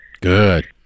Good